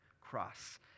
Cross